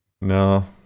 No